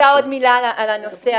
עוד הערות?